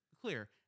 clear